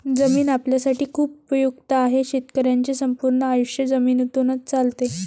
जमीन आपल्यासाठी खूप उपयुक्त आहे, शेतकऱ्यांचे संपूर्ण आयुष्य जमिनीतूनच चालते